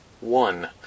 one